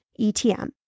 ETM